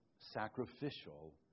sacrificial